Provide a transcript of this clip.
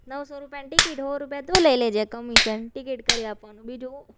નવસો રૂપિયાની ટિકિટ સો રૂપિયા તું લઈ લેજે કમિશન ટિકિટ કરી આપવાનું બીજું શું